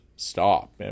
stop